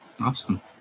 awesome